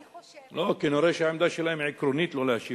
לא, כנראה העמדה שלהם עקרונית לא להשיב.